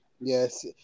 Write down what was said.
yes